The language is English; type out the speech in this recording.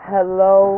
Hello